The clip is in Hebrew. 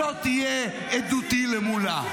זו תהיה עדותי מולה.